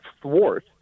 thwart